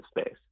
space